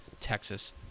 texas